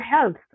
health